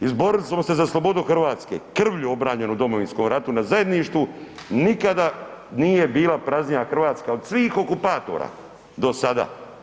Izborili smo se za slobodu Hrvatske, krvlju obranjenu u Domovinskom ratu na zajedništvu, nikada nije bila praznija Hrvatska od svih okupatora do sada.